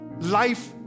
life